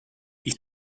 ich